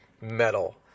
metal